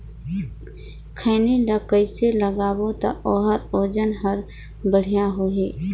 खैनी ला कइसे लगाबो ता ओहार वजन हर बेडिया होही?